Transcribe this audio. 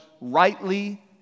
rightly